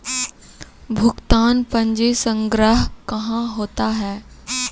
भुगतान पंजी संग्रह कहां होता हैं?